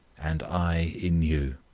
and i in you.